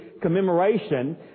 commemoration